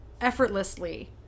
effortlessly